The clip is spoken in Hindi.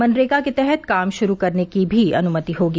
मनरेगा के तहत काम शुरू करने की भी अनुमति होगी